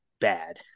bad